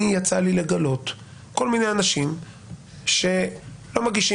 יצא לי לגלות כל מיני אנשים שלא מגישים